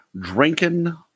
Drinking